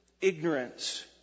Ignorance